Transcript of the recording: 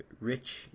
rich